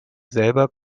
selber